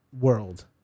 world